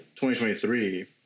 2023